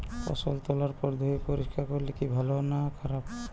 ফসল তোলার পর ধুয়ে পরিষ্কার করলে কি ভালো না খারাপ?